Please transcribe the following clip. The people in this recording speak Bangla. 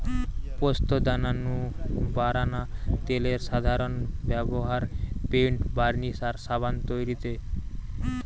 পোস্তদানা নু বারানা তেলের সাধারন ব্যভার পেইন্ট, বার্নিশ আর সাবান তৈরিরে